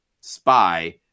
spy